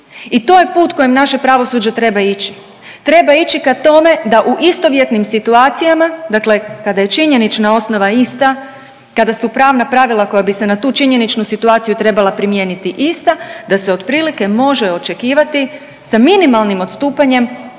i to je put kojim naše pravosuđe treba ići, treba ići ka tome da u istovjetnim situacijama, dakle kada je činjenična osnova ista, kada su pravna pravila koja bi se na tu činjeničnu situaciju trebala primijeniti ista, da se otprilike može očekivati sa minimalnim odstupanjem